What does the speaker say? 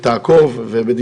יש